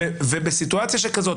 בסיטואציה כזאת,